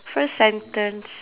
first sentence